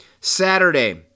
Saturday